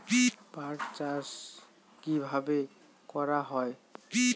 পাট চাষ কীভাবে করা হয়?